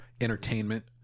entertainment